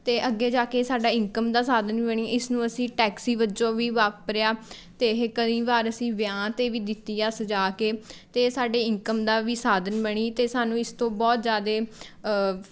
ਅਤੇ ਅੱਗੇ ਜਾ ਕੇ ਸਾਡਾ ਇਨਕਮ ਦਾ ਸਾਧਨ ਵੀ ਬਣੀ ਇਸ ਨੂੰ ਅਸੀਂ ਟੈਕਸੀ ਵਜੋਂ ਵੀ ਵਾਪਰਿਆ ਅਤੇ ਇਹ ਕਈ ਵਾਰ ਅਸੀਂ ਵਿਆਹ 'ਤੇ ਵੀ ਦਿੱਤੀ ਹੈ ਸਜਾ ਕੇ ਅਤੇ ਸਾਡੇ ਇਨਕਮ ਦਾ ਵੀ ਸਾਧਨ ਬਣੀ ਅਤੇ ਸਾਨੂੰ ਇਸ ਤੋਂ ਬਹੁਤ ਜ਼ਿਆਦਾ